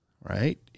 right